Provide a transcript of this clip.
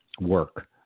work